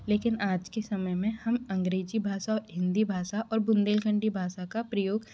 लेकिन आज के समय में हम अंग्रेजी भाषा हिन्दी भाषा और बुन्देलखण्डी भाषा का प्रयोग